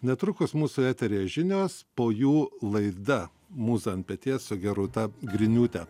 netrukus mūsų eteryje žinios po jų laida mūza ant peties su gerūta griniūte